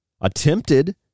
attempted